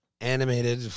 animated